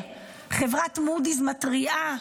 חברת מודי'ס מתריעה,